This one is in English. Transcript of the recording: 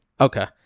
Okay